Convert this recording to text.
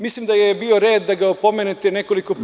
Mislim da je bio red da ga opomenete nekoliko puta…